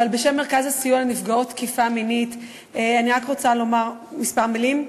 אבל בשם מרכז הסיוע לנפגעות תקיפה מינית אני רק רוצה לומר כמה מילים: